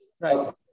right